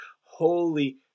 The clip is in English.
holy